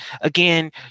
again